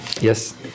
Yes